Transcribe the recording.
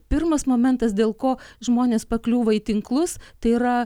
pirmas momentas dėl ko žmonės pakliūva į tinklus tai yra